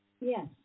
Yes